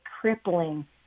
crippling